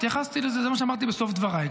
התייחסתי, התייחסתי לזה, זה מה שאמרתי בסוף דבריי.